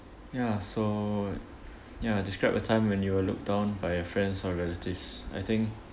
ya so ya describe a time when you were looked down by your friends or relatives I think